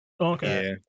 Okay